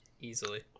easily